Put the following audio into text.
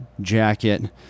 jacket